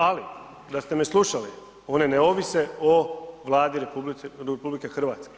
Ali, da ste me slušali, one ne ovise o Vladi RH.